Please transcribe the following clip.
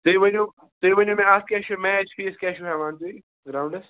تُہۍ ؤنِو تُہۍ ؤنِو مےٚ اَتھ کیٛاہ چھُ میچ فیٖس کیٛاہ چھُ ہٮ۪وان تُہۍ گرٛاونڈَس